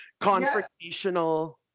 confrontational